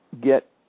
get